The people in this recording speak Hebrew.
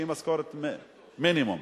שהיא משכורת מינימום.